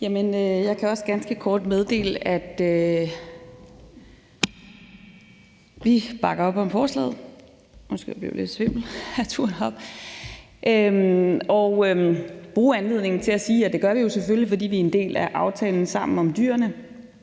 Jeg kan også ganske kort meddele, at vi bakker op om forslaget og bruge anledningen til at sige, og det gør vi jo selvfølgelig, fordi vi er en del af aftalen Sammen om dyrene.